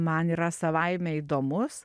man yra savaime įdomus